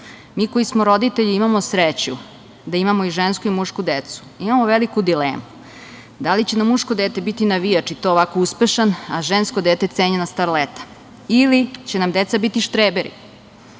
Mi koji smo roditelji i imamo sreću da imamo i žensku i mušku decu, imamo veliku dilemu da li će nam muško dete biti navijač i to ovako uspešan, a žensko dete cenjena starleta, ili će nam deca biti štreberi.I